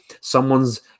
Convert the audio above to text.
someone's